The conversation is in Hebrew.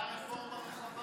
הייתה רפורמה רחבה.